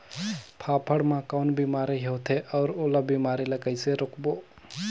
फाफण मा कौन बीमारी होथे अउ ओला बीमारी ला कइसे रोकबो?